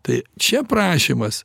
tai čia prašymas